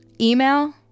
Email